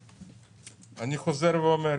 אני חוזר ואומר,